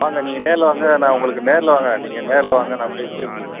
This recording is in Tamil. வாங்க நீங்கள் நேரில் வாங்க நான் உங்களுக்கு நேரில் வாங்க நீங்கள் நேரில் வாங்க நான் பேசி உங்களுக்கு